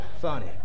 funny